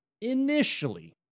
initially